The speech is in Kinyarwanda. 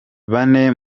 bane